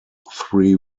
three